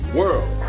world